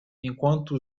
enquanto